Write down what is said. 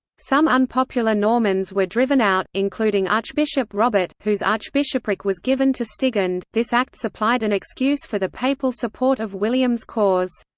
some unpopular normans were driven out, including archbishop robert, whose archbishopric was given to stigand this act supplied an excuse for the papal support of william's cause.